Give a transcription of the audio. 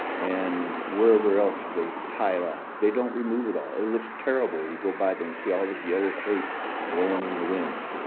and wherever else they tie it off. they don't remove it all. it looks terrible. you go by there and see all this yellow tape blowing in the wind.